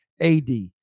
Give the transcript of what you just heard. AD